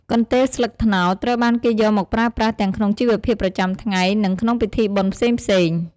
កន្ទេលស្លឹកត្នោត ត្រូវបានគេយកមកប្រើប្រាស់ទាំងក្នុងជីវភាពប្រចាំថ្ងៃ និងក្នុងពិធីបុណ្យផ្សេងៗ។